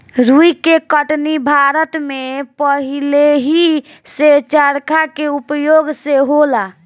रुई के कटनी भारत में पहिलेही से चरखा के उपयोग से होला